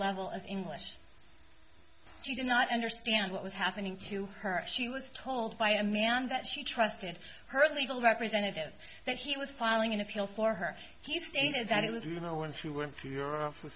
level of english she did not understand what was happening to her she was told by a man that she trusted her legal representative that he was filing an appeal for her he stated that it was you know when she went to europe